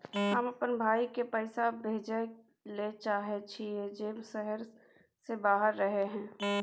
हम अपन भाई के पैसा भेजय ले चाहय छियै जे शहर से बाहर रहय हय